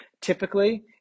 Typically